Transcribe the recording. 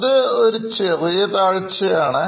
അത് ചെറിയ താഴ്ചയാണ്